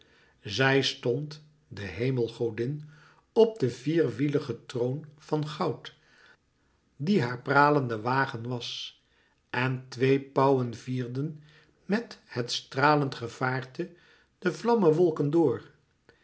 zij stond de hemelgodin op den vierwieligen troon van goud die haar pralende wagen was en twee pauwen vierden met het stralend gevaarte de vlammewolken door